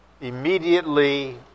immediately